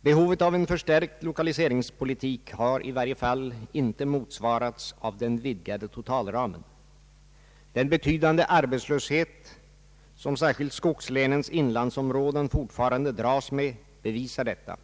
Behovet av en förstärkt lokaliseringspolitik har i varje fall inte motsvarats av den vidgade totalramen. Den betydande arbetslöshet som särskilt skogslänens inlandsområden fortfarande dras med bevisar detta.